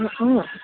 অ